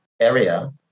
area